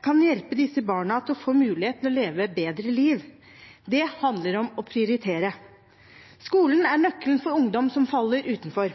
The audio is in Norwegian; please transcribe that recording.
kan hjelpe disse barna til å få mulighet til å leve et bedre liv. Det handler om å prioritere. Skolen er nøkkelen for ungdom som faller utenfor.